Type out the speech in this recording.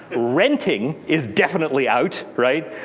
renting is definitely out, right.